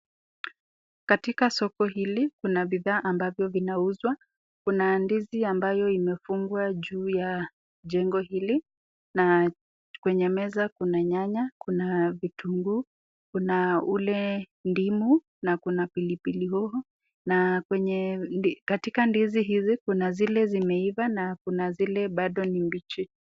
Katika soko hili kuna bidhaa ambavyo vinauzwa kuna ndizi ambayo imefungwa juu ya jengo hili na kwenye meza kuna nyanya, kuna vitunguu, kuna ule ndimu na kuna pilipili hoho na kwenye katika ndizi hizi kuna zile zimeiva na kuna zile bado ni mbichi.